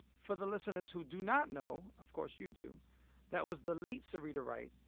for the listeners who do not know of course, you do that was the late syreeta wright.